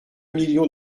million